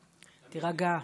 להירגע.